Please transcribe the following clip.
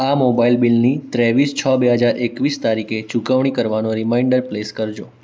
આ મોબાઈલ બિલની ત્રેવીસ છ બે હજાર એકવીસ તારીખે ચૂકવણી કરવાનો રીમાઈન્ડર પ્લેસ કરજો